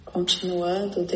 Continuando